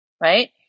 Right